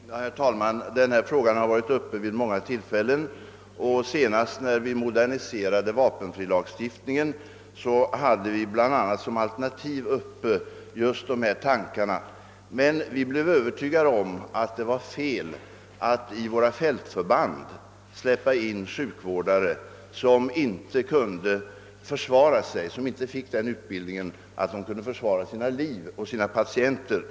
Herr talman! Denna fråga har övervägts vid många tillfällen, senast såsom ett alternativ i samband med arbetet på modernisering av vapenfrilagstiftningen. Vi blev emellertid då övertygade om att det vore felaktigt att i våra fältförband släppa in sjukvårdare, som inte hade fått sådan utbildning att de kunde försvara sitt och sina patienters liv.